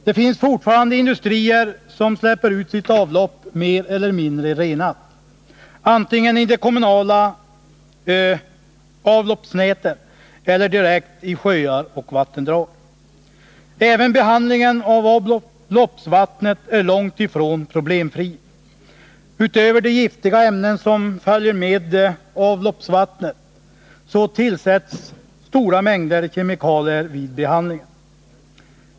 Det finns fortfarande industrier som släpper ut sitt avlopp, mer eller mindre renat, antingen i de kommunala avloppsnäten eller direkt i sjöar och vattendrag. Även behandlingen av avloppsvattnet är långt ifrån problemfri. Utöver de giftiga ämnen som följer med avloppsvattnet tillsätts stora mängder kemikalier vid behandlingen.